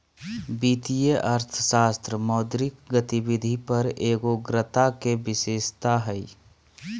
वित्तीय अर्थशास्त्र मौद्रिक गतिविधि पर एगोग्रता के विशेषता हइ